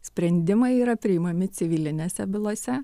sprendimai yra priimami civilinėse bylose